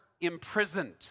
imprisoned